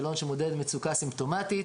שאלון שמודד מצוקה סימפטומטית.